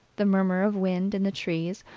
the murmur of wind in the trees,